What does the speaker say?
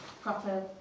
proper